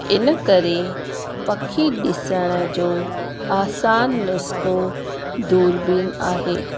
इन करे पखी ॾिसण जो आसान नुस्खो दूरिबीन आहे